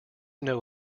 know